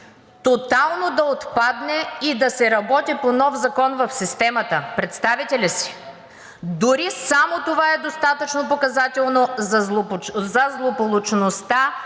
тотално да отпадне и да се работи по нов закон в системата. Представяте ли си? Дори само това е достатъчно показателно за злополучността